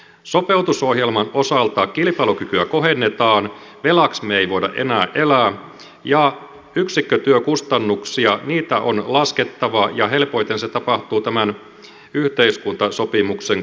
sopeutusohjelman osalta kilpailukykyä kohennetaan velaksi me emme voi enää elää ja yksikkötyökustannuksia on laskettava ja helpoiten se tapahtuu tämän yhteiskuntasopimuksen kautta